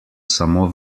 samo